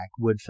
Woodfill